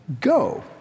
go